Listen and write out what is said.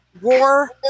War